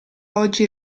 oggi